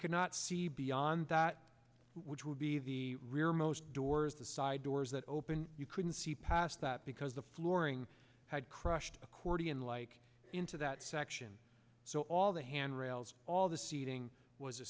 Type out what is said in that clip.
could not see beyond that which would be the rear most doors the side doors that open you couldn't see past that because the flooring had crushed accordion like into that section so all the handrails all the seating was a